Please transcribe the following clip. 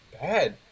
bad